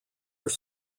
are